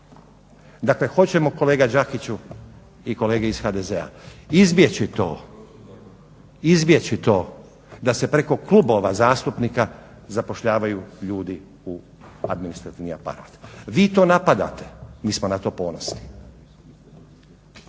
Dakle hoćemo, kolega Đakiću i kolege iz HDZ-a, izbjeći to da se preko klubova zastupnika zapošljavaju ljudi u administrativni aparat. Vi to napadate, mi smo na to ponosni.